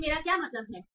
उससे मेरा क्या मतलब है